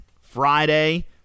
Friday